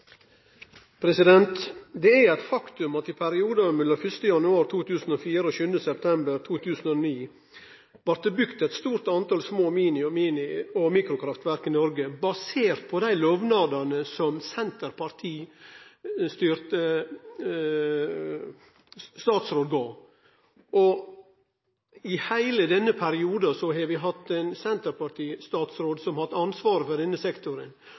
eit faktum at i perioden mellom 1. januar 2004 og 7. september 2009 blei det bygd eit stort tal små-, mini- og mikrokraftverk i Noreg, basert på dei lovnadane som senterpartistatsrådar gav. I heile denne perioden har vi hatt senterpartistatsrådar som har hatt ansvaret for denne sektoren,